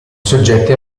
soggetti